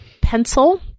pencil